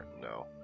no